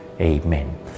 Amen